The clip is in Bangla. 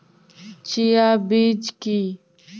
চিয়া বীজ কী?